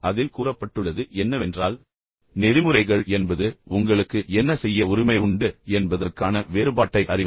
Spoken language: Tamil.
அதில் கூறப்பட்டுள்ளது என்னவென்றால் நெறிமுறைகள் என்பது உங்களுக்கு என்ன செய்ய உரிமை உண்டு என்பதற்கான வேறுபாட்டை அறிவது